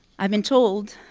i've been told